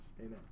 Amen